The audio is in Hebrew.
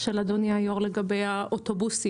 של אדוני היושב-ראש לגבי האוטובוסים?